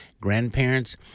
Grandparents